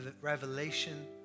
revelation